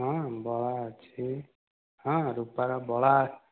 ହଁ ବଳା ଅଛି ହଁ ରୂପାର ବଳା